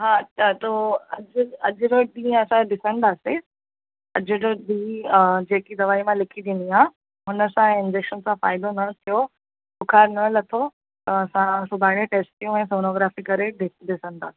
हा त तो अॼु अॼु राति असां ॾिसंदासि अॼु जो ॾीहं जेकी दवाई मां लिखी ॾिनी आहे हुनसां इंजेक्शन सां फ़ाइदो न थियो बुख़ार न लथो त असां सुभाणे टेस्टियूं ऐं सोनोग्राफी करे ॾिसंदा